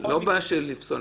זו לא הבעיה של לפסול.